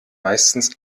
meistens